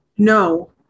no